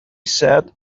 sat